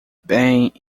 bem